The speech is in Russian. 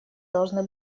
должны